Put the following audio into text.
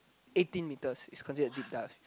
eighteen meters is consider a deep dive